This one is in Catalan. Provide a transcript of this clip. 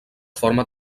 forma